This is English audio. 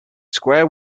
square